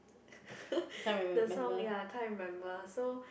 the song ya can't remember